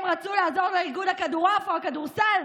הם רצו לעזור לאיגוד הכדורעף או הכדורסל,